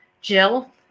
Jill